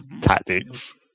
tactics